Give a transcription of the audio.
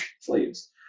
slaves